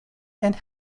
and